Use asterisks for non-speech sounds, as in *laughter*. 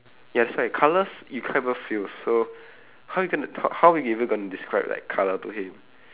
ya that's why like colours you cant even feel so *breath* how you going to talk how you even going to describe like colour to him